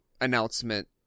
announcement